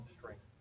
strength